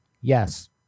Yes